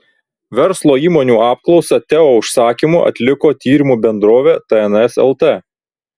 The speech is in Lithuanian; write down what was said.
verslo įmonių apklausą teo užsakymu atliko tyrimų bendrovė tns lt